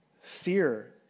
fear